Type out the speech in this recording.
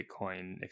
Bitcoin